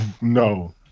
No